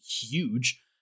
huge